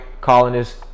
colonists